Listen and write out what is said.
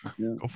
go